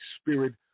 Spirit